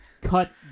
cut